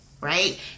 right